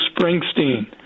Springsteen